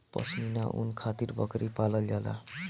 पश्मीना ऊन खातिर बकरी पालल जाला